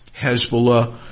Hezbollah